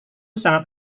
sangat